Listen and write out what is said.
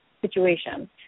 situation